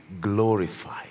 glorified